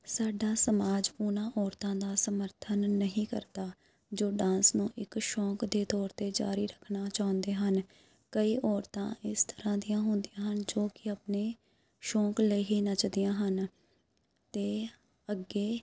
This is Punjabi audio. ਸਾਡਾ ਸਮਾਜ ਉਹਨਾਂ ਔਰਤਾਂ ਦਾ ਸਮਰਥਨ ਨਹੀਂ ਕਰਦਾ ਜੋ ਡਾਂਸ ਨੂੰ ਇੱਕ ਸ਼ੌਂਕ ਦੇ ਤੌਰ 'ਤੇ ਜਾਰੀ ਰੱਖਣਾ ਚਾਹੁੰਦੇ ਹਨ ਕਈ ਔਰਤਾਂ ਇਸ ਤਰ੍ਹਾਂ ਦੀਆਂ ਹੁੰਦੀਆਂ ਹਨ ਜੋ ਕਿ ਆਪਣੇ ਸ਼ੌਂਕ ਲਈ ਹੀ ਨੱਚਦੀਆਂ ਹਨ ਅਤੇ ਅੱਗੇ